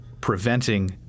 preventing